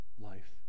life